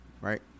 right